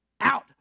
out